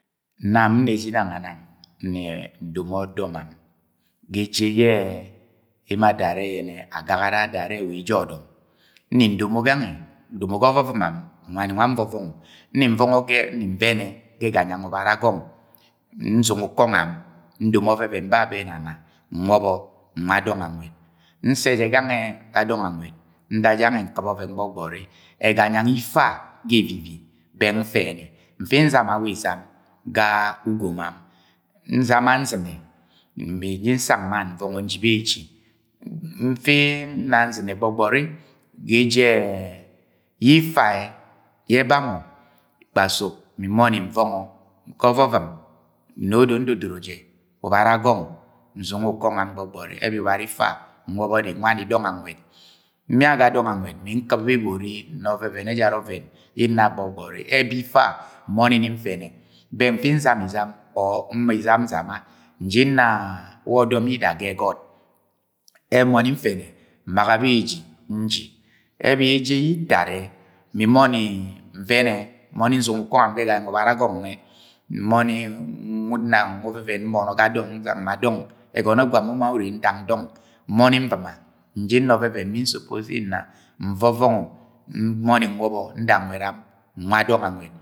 Nneje ga inangonang, nni ndomo ọdọmam ga eje yẹ emo adoro are, agagara adoro are wa aje ọdọm. Nni ndomo gange, domo ga ọvọ vọmam nwani nwa nvọvọngọ. Nni nvọngọ nvẹnẹ ga ẹganyana ubaraagọng nsingẹ ukọngọnam, ndomo ọvẹvẹn babẹ ẹnana nwọbọ nwa dọnga nwẹd, nsẹ je gangẹ ga dọng a nwẹd, nda je gange, nkɨp ọvẹvẹn gbọgbọri, ẹganyang ifa ga evivi, bẹna nfẹnẹ ni, nfi nzama we izam ga ugomam. Nsama nsɨne mi nji nsang mann nvọngẹ nji beji, nfi nna nsɨne gbọgbọri, ga eje ẹ yẹ ifa yẹ eba mọ kpasuk, minbọni nvọngogọ ọvọvọm nẹ odo ndodoro je, ubara agọng nzingẹ ukọngọ gbọgbori, ebi ubara ifa nwọbọ ni nwani dọng nwẹd, nmia ga dọng anwẹd mi nkɨp bebori, nna ọvẹvẹn ejara ovẹvẹn yẹ nna gbọgbọri, ebi ifa nbọni nfẹnẹ bẹng nfi nzam izam or nma izam nzama, nji nna wẹ ọdọm yida ga egọt, nbọni nfẹnẹ nbaga beji nji. Ebi ejeyẹ itadẹ mi nbọni nvẹnẹ nbọni nsɨngẹ ukongọ sa ẹganyang ubara ọgọng nwẹ, nbọni nna nkɨmo ọvẹvẹn, ndang ma dọng, ẹgọnọ yẹ gwam uma ure ndang dọng. Nbọni nvɨma nji nna ọvẹvẹn ye nsuppose yẹ nna, nvọvọngọ, nbọni nwọbọ nda nwẹdam nwa dọng anwẹd.